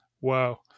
wow